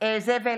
זאב אלקין,